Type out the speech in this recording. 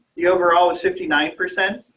the overall was fifty nine percent